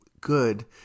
good